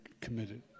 committed